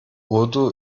urdu